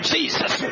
Jesus